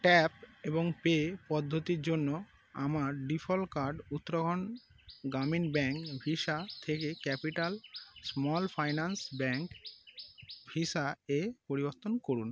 tap এবং pay পদ্ধতির জন্য আমার default card Uttarakhand Gramin bank visa থেকে capital small finance bank visa এ পরিবর্তন করুন